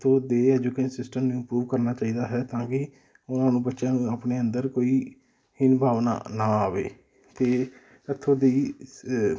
ਇੱਥੋਂ ਦੇ education system ਨੂੰ ਪਰੂਵ ਕਰਨਾ ਚਾਹੀਦਾ ਹੈ ਤਾਂ ਕਿ ਉਹਨਾਂ ਨੂੰ ਬੱਚਿਆਂ ਨੂੰ ਆਪਣੇ ਅੰਦਰ ਕੋਈ ਹੀਣਭਾਵਨਾ ਨਾ ਆਵੇ ਅਤੇ ਇੱਥੋਂ ਦੀ